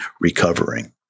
recovering